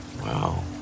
Wow